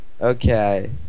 Okay